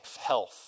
health